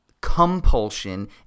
compulsion